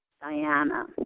Diana